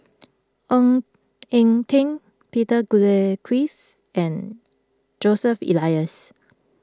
Ng Eng Teng Peter Gilchrist and Joseph Elias